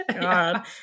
God